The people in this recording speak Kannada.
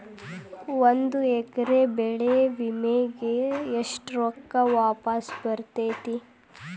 ಒಂದು ಎಕರೆ ಬೆಳೆ ವಿಮೆಗೆ ಎಷ್ಟ ರೊಕ್ಕ ವಾಪಸ್ ಬರತೇತಿ?